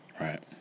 Right